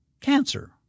cancer